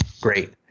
great